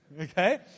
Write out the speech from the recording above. okay